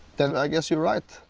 then i guess you're right.